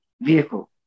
vehicle